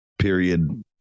period